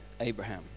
Abraham